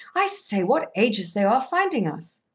i say, what ages they are finding us,